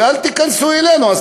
ואל תיכנסו אלינו,